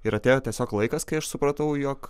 ir atėjo tiesiog laikas kai aš supratau jog